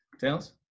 Tails